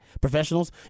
professionals